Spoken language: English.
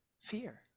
Fear